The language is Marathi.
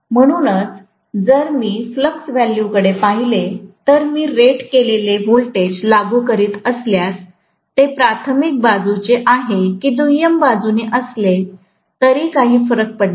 म्हणूनच जर मी फ्लक्स व्हॅल्यूकडे पाहिले तर मी रेट केलेले व्होल्टेज लागू करीत असल्यास ते प्राथमिक बाजूचे आहे की दुय्यम बाजूने असले तरी काही फरक पडत नाही